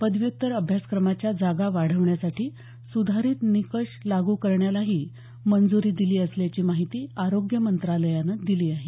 पदव्युत्तर अभ्यासक्रमाच्या जागा वाढवण्यासाठी सुधारित निकष लागू करण्यालाही मंजुरी दिली असल्याची माहिती आरोग्य मंत्रालयानं दिली आहे